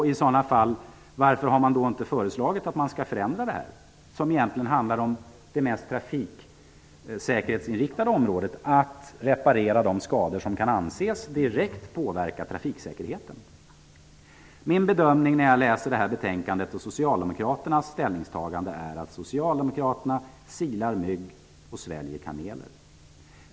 Här handlar det ju egentligen om det mest trafiksäkerhetsinriktade området. Varför har ni i så fall inte föreslagit en förändring så att man kan reparera de skador som kan anses direkt påverka trafiksäkerheten? Min bedömning efter att ha läst socialdemokraternas ställningstagande i betänkandet är att de silar mygg och sväljer kameler.